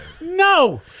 No